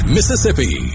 Mississippi